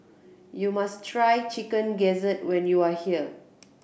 you must try Chicken Gizzard when you are here